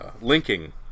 linking